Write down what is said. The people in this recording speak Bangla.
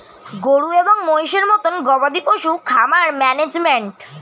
গরু এবং মহিষের মতো গবাদি পশুর খামার ম্যানেজমেন্ট